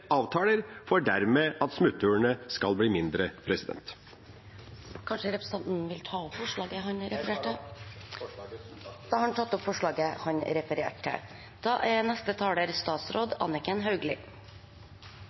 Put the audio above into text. avtaler for at smutthullene dermed skal bli mindre. Jeg tar opp forslaget fra Senterpartiet. Representanten Per Olaf Lundteigen har tatt opp det forslaget han refererte til.